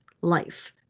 life